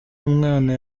umwana